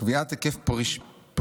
קביעת היקף פרישתו